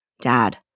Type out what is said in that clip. dad